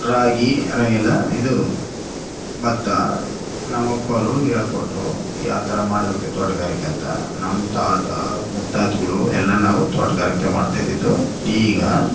ರಾಗಿ ರಾಗಿ ಅಲ್ಲ ಇದು ಭತ್ತ ನಮ್ಮಪ್ಪವ್ರು ಹೇಳ್ಕೊಟ್ರು ಯಾವ ಥರ ಮಾಡಬೇಕು ತೋಟಗಾರಿಕೆ ಅಂತ ನಮ್ಮ ತಾತ ಮುತ್ತಾತಗಳು ಎಲ್ಲ ನಾವು ತೋಟಗಾರಿಕೆ ಮಾಡ್ತಾ ಇದ್ದಿದ್ದು ಈಗ